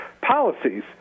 policies